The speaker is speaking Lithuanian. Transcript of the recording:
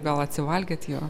gal atsivalgėt jo